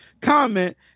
comment